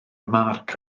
mark